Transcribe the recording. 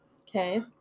Okay